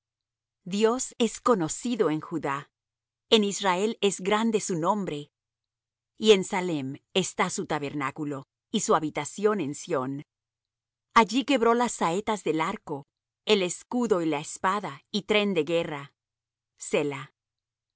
dios es conocido en judá en israel es grande su nombre y en salem está su tabernáculo y su habitación en sión allí quebró las saetas del arco el escudo y la espada y tren de guerra